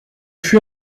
fut